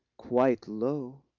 quite low,